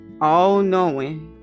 all-knowing